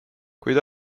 kuid